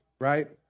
right